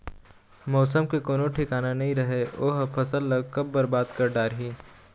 मउसम के कोनो ठिकाना नइ रहय ओ ह फसल ल कब बरबाद कर डारही